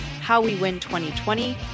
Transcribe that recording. HowWeWin2020